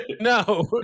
no